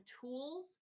tools